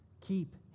Keep